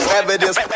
evidence